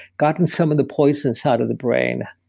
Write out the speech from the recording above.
gotten some of the poisons out of the brain?